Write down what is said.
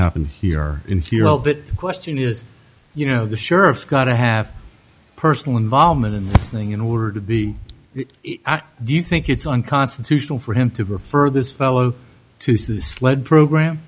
happened here in question is you know the sheriff's got to have personal involvement in this thing in order to be do you think it's unconstitutional for him to refer this fellow to lead program